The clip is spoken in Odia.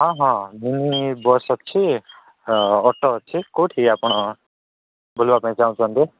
ହଁ ହଁ ମିନି ବସ୍ ଅଛି ଅଟୋ ଅଛି କୋଉଠି ଆପଣ ବୁଲିବା ପାଇଁ ଚାହୁଁଛନ୍ତି